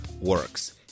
works